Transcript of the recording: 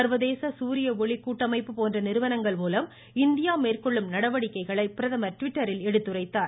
சர்வதேச சூரிய ஒளி கூட்டமைப்பு போன்ற நிறுவனங்கள் மூலம் இந்தியா மேற்கொள்ளும் நடவடிக்கைகளை பிரதமர் ட்விட்டரில் எடுத்துரைத்தார்